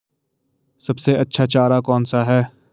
सबसे अच्छा चारा कौन सा है?